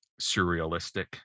surrealistic